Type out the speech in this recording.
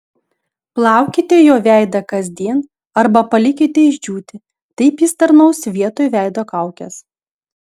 plaukite juo veidą kasdien arba palikite išdžiūti taip jis tarnaus vietoj veido kaukės